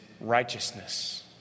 righteousness